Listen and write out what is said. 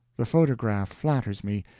the photograph flatters me,